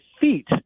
feet